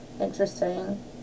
Interesting